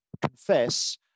confess